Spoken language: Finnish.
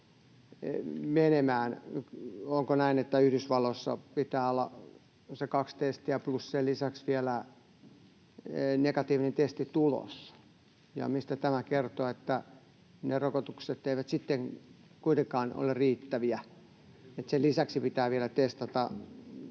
menemään? Onko näin, että Yhdysvalloissa pitää olla kaksi rokotetta plus sen lisäksi vielä negatiivinen testitulos? Mistä tämä kertoo, että ne rokotukset eivät sitten kuitenkaan ole riittäviä vaan sen lisäksi pitää vielä testata?